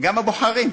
גם הבוחרים,